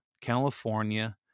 California